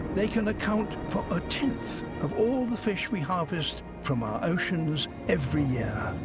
they can account for a tenth of all the fish we harvest from our oceans every year.